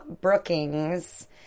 Brookings